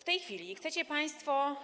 W tej chwili chcecie państwo